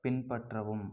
பின்பற்றவும்